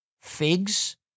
figs